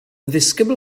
ddisgybl